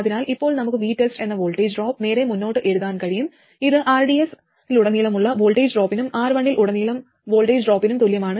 അതിനാൽ ഇപ്പോൾ നമുക്ക് VTEST എന്ന വോൾട്ടേജ് ഡ്രോപ്പ് നേരെ മുന്നോട്ട് എഴുതാൻ കഴിയും ഇത് rds ലുടനീളമുള്ള വോൾട്ടേജ് ഡ്രോപ്പിനും R1 ൽ ഉടനീളം വോൾട്ടേജ് ഡ്രോപ്പിനും തുല്യമാണ്